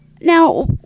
Now